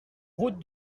route